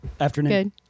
Afternoon